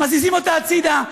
מזיזים אותה הצידה.